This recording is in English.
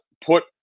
put